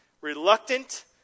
reluctant